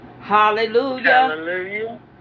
Hallelujah